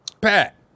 pat